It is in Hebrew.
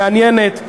מעניינת,